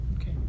Okay